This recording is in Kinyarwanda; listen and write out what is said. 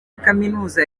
kaminuza